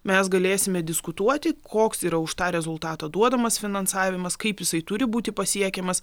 mes galėsime diskutuoti koks yra už tą rezultatą duodamas finansavimas kaip jisai turi būti pasiekiamas